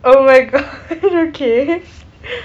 oh my god okay